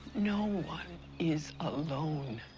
no one is alone.